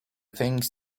things